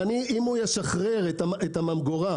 אם ישחרר את הממגורה,